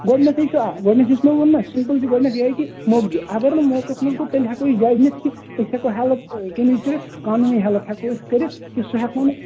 گۄڈٕنیتھٕے چھُ آ گۄڈٕنیٹھ یُس مےٚ ووٚن نہ سِمپٕل چھُ گۄڈٕنیتھ یِہوے کہِ موقعہٕ دِیُن اَگر نہٕ موقعس منٛز گوٚو تیٚلہِ ہٮ۪کَو أسۍ جج نِتھ کہِ أسۍ ہٮ۪کَو ہیلٕپ یہِ کٔرِتھ قانوٗنی ہٮ۪لٕپ ہٮ۪کَو أسۍ کٔرِتھ کہِ سُہ ہٮ۪کون أسۍ